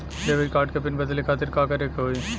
Debit card क PIN बदले खातिर का करेके होई?